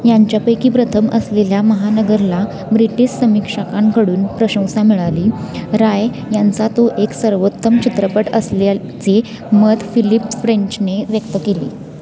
यांच्यापैकी प्रथम असलेल्या महानगरला ब्रिटिश समीक्षकांकडून प्रशंसा मिळाली राय यांचा तो एक सर्वोत्तम चित्रपट असल्याचे मत फिलिप फ्रेंचने व्यक्त केली